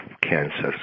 cancers